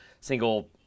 single